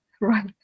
right